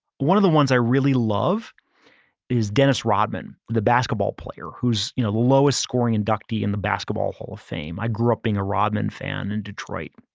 one of the ones i really love is dennis rodman, the basketball player who's the you know lowest scoring inductee in the basketball hall of fame. i grew up being a rodman fan in detroit.